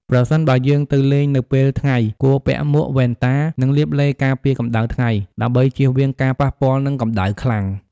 ប្រសិនបើយើងទៅលេងនៅពេលថ្ងៃ គួរពាក់មួក វ៉ែនតា និងលាបឡេការពារកម្ដៅថ្ងៃ ដើម្បីជៀសវាងការប៉ះពាល់នឹងកម្ដៅខ្លាំង ។